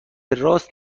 راست